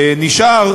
נשאר,